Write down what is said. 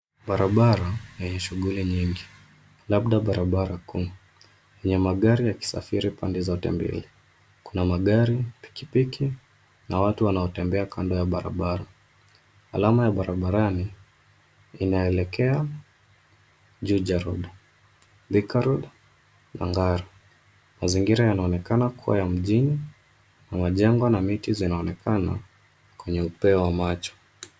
Barabara enye shughuli nyingi labda barabara kuu enye magari yakisafiri pande zote mbili, kuna magari, pikipiki na watu wanaotembea kando ya barabara, alama ya barabarani inaelekea Juja road, Thika road na Ngara , mazingira yanaonekana kuwa ya mjini majengo na miti zinaonekana kwenye upeo wa macho.